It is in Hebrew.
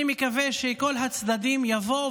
אני מקווה שכל הצדדים יבואו.